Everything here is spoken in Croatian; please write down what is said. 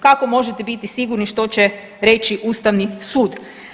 Kako možete bitni sigurni što će reći ustavni sud?